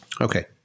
Okay